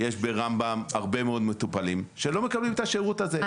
יש ברמב"ם הרבה מאוד מטופלים שלא מקבלים את השירות הזה.